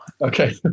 Okay